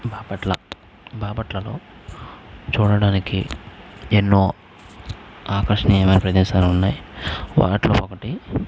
బాపట్ల బాపట్లలో చూడడానికి ఎన్నో ఆకర్షణీయమైన ప్రదేశాలు ఉన్నాయి వాటిలో ఒకటి